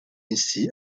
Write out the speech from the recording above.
ainsi